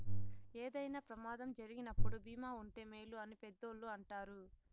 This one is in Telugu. ఏదైనా ప్రమాదం జరిగినప్పుడు భీమా ఉంటే మేలు అని పెద్దోళ్ళు అంటారు